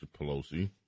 Pelosi